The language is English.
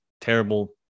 terrible